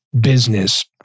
business